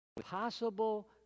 possible